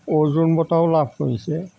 অৰ্জুন বঁটাও লাভ কৰিছে